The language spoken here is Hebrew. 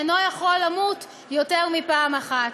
אינו יכול למות יותר מפעם אחת.